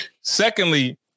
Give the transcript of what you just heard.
Secondly